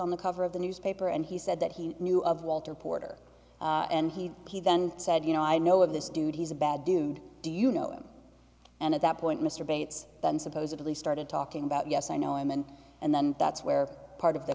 on the cover of the newspaper and he said that he knew of walter porter and he he then said you know i know of this dude he's a bad dude do you know him and at that point mr bates then supposedly started talking about yes i know him and and then that's where part of the